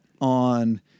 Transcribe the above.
on